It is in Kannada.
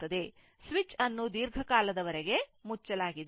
ಸ್ವಿಚ್ ಅನ್ನು ದೀರ್ಘಕಾಲದವರೆಗೆ ಮುಚ್ಚಲಾಗಿದೆ